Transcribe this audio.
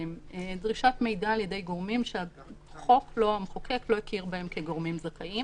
דרישת מידע על-ידי גורמים שהמחוקק לא הכיר בהם כגורמים זכאים.